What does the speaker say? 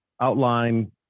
outline